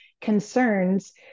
concerns